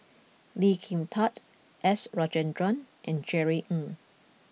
Lee Kin Tat S Rajendran and Jerry Ng